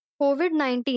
कोविड-19